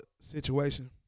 situation